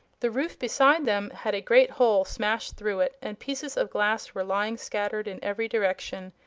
the roof beside them had a great hole smashed through it, and pieces of glass were lying scattered in every direction.